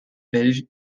belges